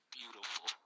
beautiful